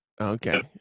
okay